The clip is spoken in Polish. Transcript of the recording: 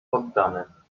poddanych